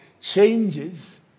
changes